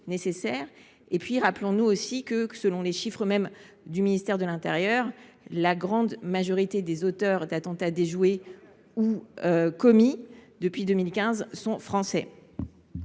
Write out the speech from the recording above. Enfin, rappelons nous aussi que, selon les chiffres du ministère de l’intérieur lui même, la grande majorité des auteurs d’attentats déjoués ou commis depuis 2015 sont français.